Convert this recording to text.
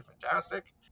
Fantastic